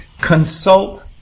Consult